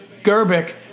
Gerbic